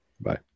Bye